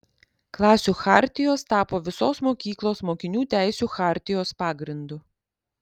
klasių chartijos tapo visos mokyklos mokinių teisių chartijos pagrindu